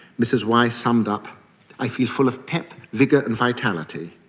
mrs y summed up i feel full of pep, vigour and vitality.